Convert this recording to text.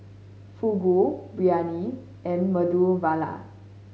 Fugu Biryani and Medu Vada